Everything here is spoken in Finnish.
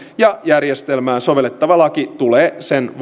ja järjestelmään sovellettava laki tulee